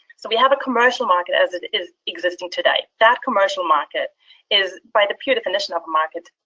so we have a commercial market as it is existing today. that commercial market is by the pure definition of a market,